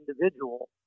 individual